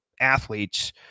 athletes